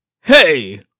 Hey